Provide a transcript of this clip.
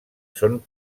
són